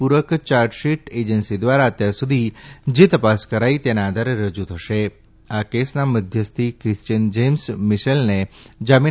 પુરક chargesheet agency દ્વારા અત્યાર સુધી જે તપાસ કરાઈ તેના આધારે રજુ થશેઆ કેસના મધ્યસ્થી ક્રિશ્વિયત જેમ્સ મિશેનને જામીન